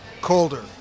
colder